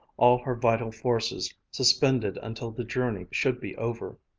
all her vital forces suspended until the journey should be over.